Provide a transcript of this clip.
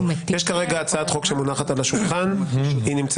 המשנה ליועצת המשפטית, האם מה